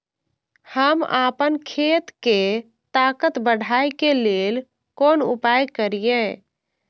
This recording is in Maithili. हम आपन खेत के ताकत बढ़ाय के लेल कोन उपाय करिए?